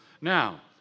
now